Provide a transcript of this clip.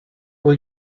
will